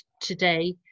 today